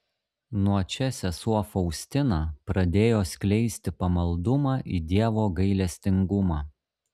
nuo čia sesuo faustina pradėjo skleisti pamaldumą į dievo gailestingumą